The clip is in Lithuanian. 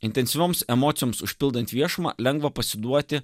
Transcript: intensyvioms emocijoms užpildant viešumą lengva pasiduoti